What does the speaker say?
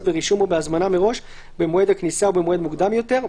ברישום או בהזמנה מראש במועד הכניסה או במועד מוקדם יותר,